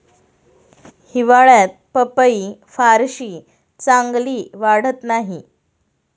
हिवाळ्यात पपई फारशी चांगली वाढत नाही